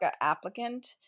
applicant